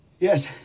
Yes